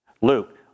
Luke